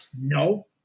No